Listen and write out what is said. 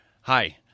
Hi